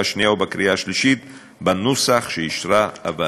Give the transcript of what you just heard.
השנייה ובקריאה השלישית בנוסח שאישרה הוועדה.